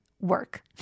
work